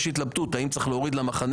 יש התלבטות האם צריך להוריד למחנה